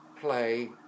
play